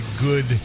good